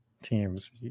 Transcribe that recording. teams